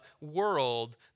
world